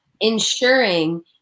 ensuring